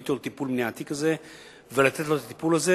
אותו לטיפול מניעתי כזה ולתת לו את הטיפול הזה.